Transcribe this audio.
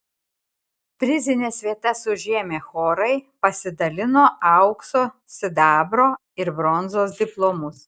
prizines vietas užėmę chorai pasidalino aukso sidabro ir bronzos diplomus